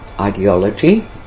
ideology